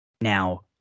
now